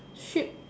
ship